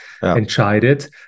entscheidet